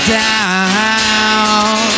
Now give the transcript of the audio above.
down